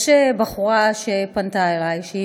יש בחורה שפנתה אלי שהיא